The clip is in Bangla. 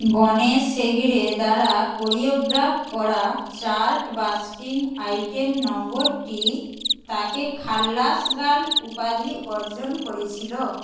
গণেশ হেগড়ে দ্বারা কোরিওগ্রাফ করা চার্টবাস্টিং আইটেম নম্বরটি তাকে খালাস গার্ল উপাধি অর্জন করেছিল